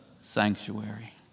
sanctuary